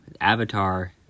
avatar